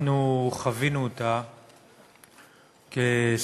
אנחנו חווינו אותה כסטודנטים,